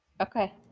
Okay